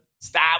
Stop